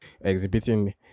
exhibiting